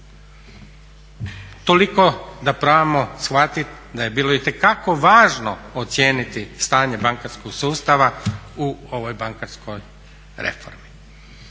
Toliko da probamo shvatiti da je bilo itekako važno ocijeniti stanje bankarskog sustava u ovoj bankarskoj reformi.